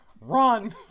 Run